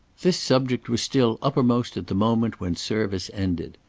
this subject was still uppermost at the moment when service ended.